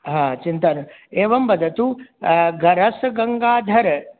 हा चिन्ता एवं बदतु ग रसगङ्गाधर